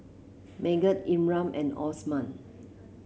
Megat Imran and Osman